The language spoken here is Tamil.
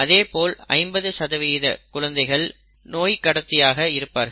அதேபோல் 50 குழந்தைகள் நோய்கள் கடத்திகளாக இருப்பார்கள்